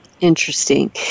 Interesting